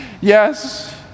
Yes